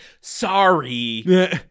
sorry